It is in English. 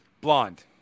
Blonde